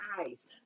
eyes